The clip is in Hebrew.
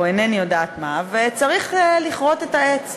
או אינני יודעת מה, וצריך לכרות את העץ,